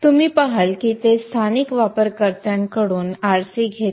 आपण पहाल की ते स्थानिक वापरकर्त्यांकडून rc घेते